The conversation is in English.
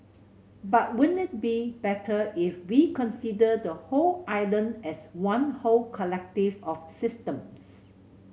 but won't it be better if we consider the whole island as one whole collective of systems